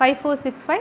five four six five